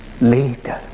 later